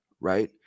right